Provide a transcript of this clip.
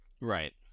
Right